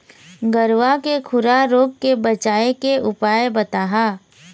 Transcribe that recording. गरवा के खुरा रोग के बचाए के उपाय बताहा?